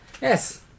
Yes